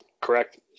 correct